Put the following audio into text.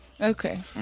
Okay